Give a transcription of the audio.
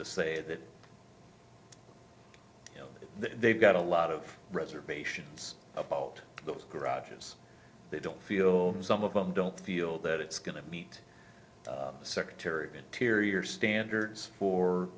the say that you know they've got a lot of reservations about those garages they don't feel some of them don't feel that it's going to meet the secretary of interior standards for